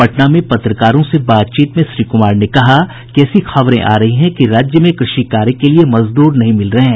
पटना में पत्रकारों से बातचीत में श्री कुमार ने कहा कि ऐसी खबरें आ रही हैं कि राज्य में कृषि कार्य के लिए मजदूर नहीं मिल रहे हैं